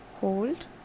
hold